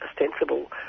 ostensible